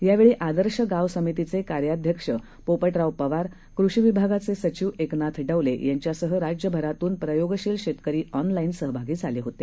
यावेळी आदर्श गाव समितीचे कार्याध्यक्षचे पोपटराव पवार कृषी विभागाचे सचिव एकनाथ डवले यांच्यासह राज्यभरातून प्रयोगशील शेतकरी ऑनला जि सहभागी झाले होते